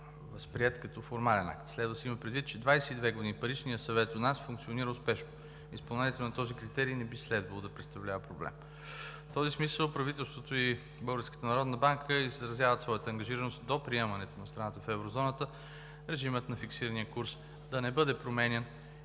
възприет като формален акт. Следва да се има предвид, че 22 години Паричният съвет у нас функционира успешно. Изпълнението на този критерий не би следвало да представлява проблем. В този смисъл правителството и Българската народна банка изразяват своята ангажираност до приемането на страната в Еврозоната режимът на фиксирания курс да не бъде променян